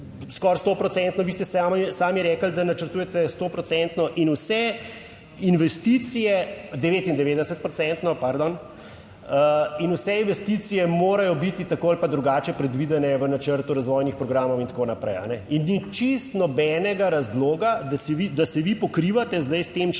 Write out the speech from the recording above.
sto procentno, vi ste sami rekli, da načrtujete sto procentno in vse investicije 99 procentno, pardon, in vse investicije morajo biti tako ali drugače predvidene v načrtu razvojnih programov in tako naprej. In ni čisto nobenega razloga, da se vi pokrivate zdaj s tem členom